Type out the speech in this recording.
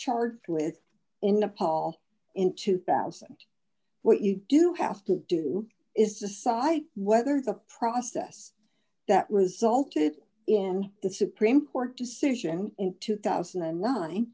charged with in nepal in two thousand what you do have to do is decide whether the process that resulted in the supreme court decision in two thousand and